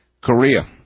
Korea